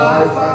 Life